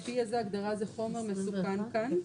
לפי איזו הגדרה זה חומר מסוכן כאן.